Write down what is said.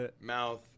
mouth